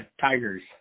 Tigers